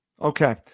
Okay